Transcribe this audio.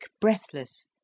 breathless